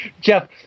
Jeff